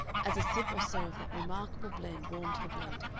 as a sip or so of that remarkable blend warmed her blood,